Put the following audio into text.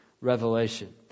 revelation